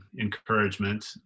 encouragement